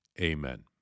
Amen